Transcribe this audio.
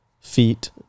feet